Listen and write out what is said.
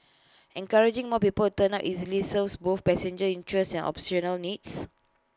encouraging more people to turn up early serves both passenger interests and operational needs